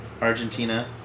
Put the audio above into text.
Argentina